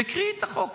תקראי את החוק,